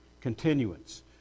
continuance